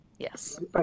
Yes